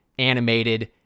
animated